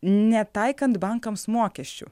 netaikant bankams mokesčių